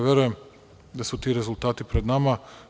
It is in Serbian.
Verujem da su ti rezultati pred nama.